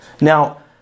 Now